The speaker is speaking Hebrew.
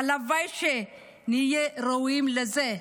הלוואי שנהיה ראויים לזה.